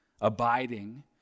abiding